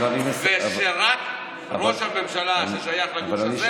ושרק ראש הממשלה ששייך לגוש הזה,